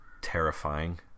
terrifying